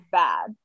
bad